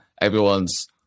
everyone's